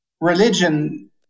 religion